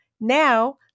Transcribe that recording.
Now